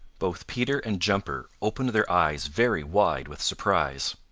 both peter and jumper opened their eyes very wide with surprise.